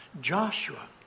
Joshua